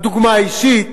הדוגמה האישית,